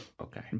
okay